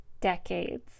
decades